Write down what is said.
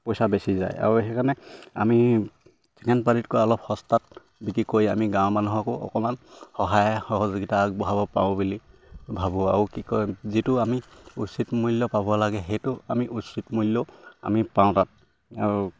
পইচা বেছি যায় আৰু সেইকাৰণে আমি চেকেণ্ড পাৰ্টিতকৈ অলপ সস্তাত বিক্ৰী কৰি আমি গাঁৱৰ মানুহকো অকমান সহায় সহযোগিতা আগবঢ়াব পাৰোঁ বুলি ভাবোঁ আৰু কি কয় যিটো আমি উচিত মূল্য পাব লাগে সেইটো আমি উচিত মূল্য আমি পাওঁ তাত আৰু